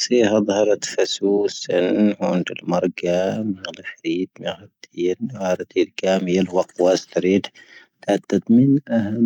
ʻⵙⴻⵀⴰⴷ ʻⵀⴰⴷ ʻⵀⴰⴷ ʻⴼⴰⵙoⵓ ʃⴻⵏ ʻoⵏⴷ ʻⴰⵍ ⵎⴰⵔⴳā ⵎⵏ ʻⴰⵍ ʻⵀⵔⵉ ⴷⵎⵉ ʻⵀⴰⴷ ʻⵉ ⵏʻⵀⴰⴷ ʻⵉ ʻⴳⴰⵎⵉ ʻⵉⵍ ʻⵡⴰⴽⵡā ʻⵙⵀⵜⴻⵔⴻ ⴷⴷ ʻⴷⴰⴷ ʻⵎⵡⵏ ʻⴰⵀⴻⵎ.